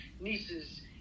nieces